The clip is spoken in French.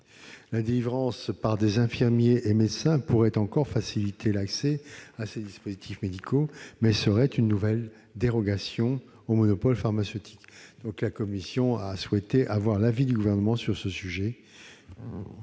La délivrance par des infirmiers et médecins pourrait encore faciliter l'accès à ces dispositifs médicaux, mais serait une nouvelle dérogation au monopole pharmaceutique. Dans ce contexte, la commission a souhaité connaître l'avis du Gouvernement sur ce sujet.